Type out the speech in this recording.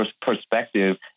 perspective